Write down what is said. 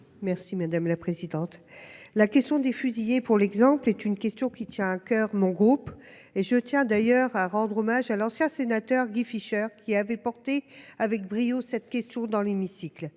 Merci madame la présidente. La question des fusillés pour l'exemple est une question qui tient à coeur mon groupe et je tiens d'ailleurs à rendre hommage à l'ancien sénateur Guy Fischer qui avait porté avec brio cette question dans l'hémicycle.